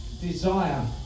desire